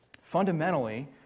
Fundamentally